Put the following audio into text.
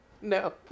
no